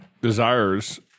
desires